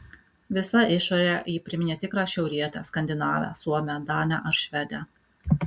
visa išore ji priminė tikrą šiaurietę skandinavę suomę danę ar švedę